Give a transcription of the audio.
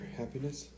happiness